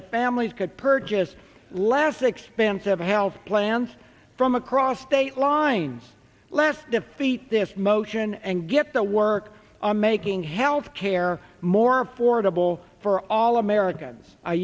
if families could purchase less expensive health plans from across state lines less defeat this motion and get the work on making health care more affordable for all americans